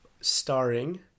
starring